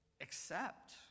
accept